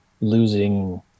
losing